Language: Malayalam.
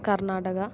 കർണ്ണാടക